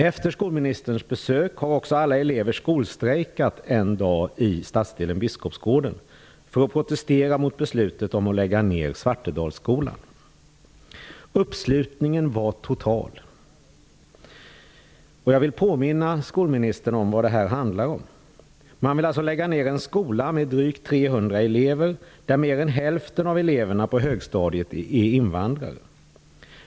Efter skolministerns besök har också alla elever i stadsdelen Biskopsgården skolstrejkat en dag för att protestera mot beslutet att lägga ned Svartedalsskolan. Uppslutningen var total. Jag vill påminna skolministern om vad det här handlar om. Man vill alltså lägga ned en skola med drygt 300 elever, där mer än hälften av eleverna på högstadiet är invandrare.